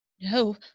No